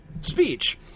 speech